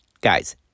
Guys